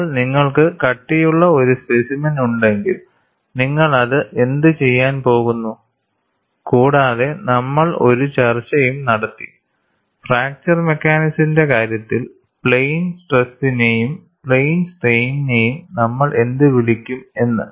ഇപ്പോൾ നിങ്ങൾക്ക് കട്ടിയുള്ള ഒരു സ്പെസിമെൻ ഉണ്ടെങ്കിൽ നിങ്ങൾ അത് എന്ത് ചെയ്യാൻ പോകുന്നു കൂടാതെ നമ്മൾ ഒരു ചർച്ചയും നടത്തി ഫ്രാക്ചർ മെക്കാനിക്സിന്റെ കാര്യത്തിൽ പ്ലെയിൻ സ്ട്രസിനെയും പ്ലെയിൻ സ്ട്രെയ്നിനെയും നമ്മൾ എന്ത് വിളിക്കും എന്ന്